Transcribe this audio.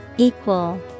Equal